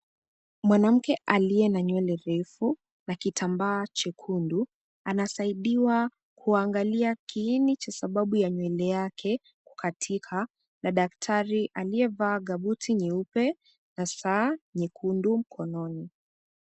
Mwanamke aliye na nywele refu na kitambaa chekundu, anasaidiwa kuangalia kiini cha sababu ya nywele yake kukatika, na daktari aliyevaa gabuti nyeupe na saa nyekundu mkononi.